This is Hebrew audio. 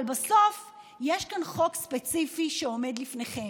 אבל בסוף יש כאן חוק ספציפי שעומד לפניכם.